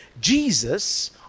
Jesus